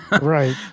right